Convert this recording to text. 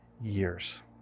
years